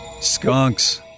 Skunks